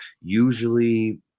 usually